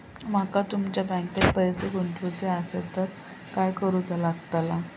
माका तुमच्या बँकेत पैसे गुंतवूचे आसत तर काय कारुचा लगतला?